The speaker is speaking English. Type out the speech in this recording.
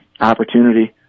opportunity